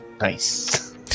nice